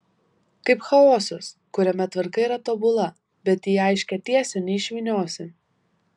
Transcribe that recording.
kaip chaosas kuriame tvarka yra tobula bet į aiškią tiesę neišvyniosi